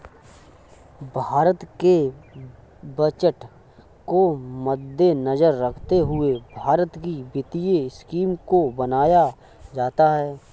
भारत के बजट को मद्देनजर रखते हुए भारत की वित्तीय स्कीम को बनाया जाता है